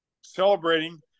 celebrating